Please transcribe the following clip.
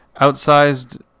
Outsized